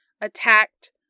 attacked